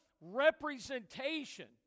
representation